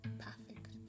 perfect